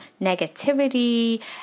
negativity